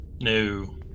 No